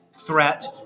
Threat